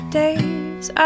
days